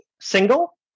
single